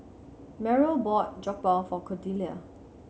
Merrill bought Jokbal for Cordelia